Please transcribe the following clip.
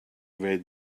red